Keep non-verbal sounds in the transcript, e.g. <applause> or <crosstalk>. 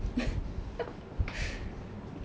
<laughs>